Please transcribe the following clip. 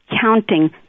counting